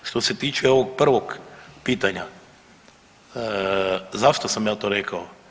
Što se tiče ovog prvog pitanja, zašto sam ja to rekao?